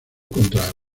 contra